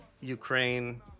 Ukraine